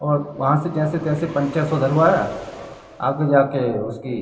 और वहाँ से जैसे तैसे पंचर सुधरवाया आगे जाके उसकी